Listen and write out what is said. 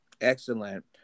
Excellent